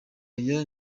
aya